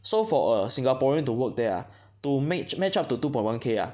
so for a Singaporean to work there ah to make match up to two point one K ah